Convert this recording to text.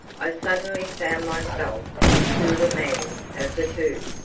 i suddenly found myself the cooler man of the two.